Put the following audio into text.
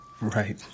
Right